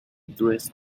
dressed